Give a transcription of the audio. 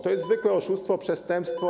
To jest zwykłe oszustwo, przestępstwo.